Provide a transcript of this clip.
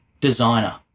designer